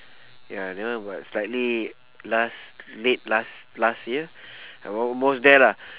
ya that was about slightly last late last last year almost there lah